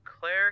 Claire